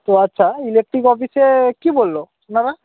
তো আচ্ছা ইলেকট্রিক অফিসে কী বলল উনারা